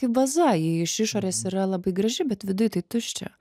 kaip vaza jį iš išorės yra labai graži bet viduj tai tuščia